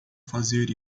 fazer